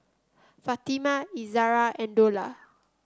Fatimah Izara and Dollah